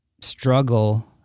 struggle